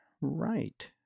right